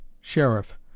Sheriff